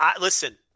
Listen